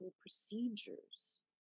procedures